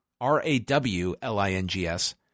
R-A-W-L-I-N-G-S